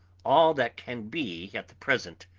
all that can be at the present.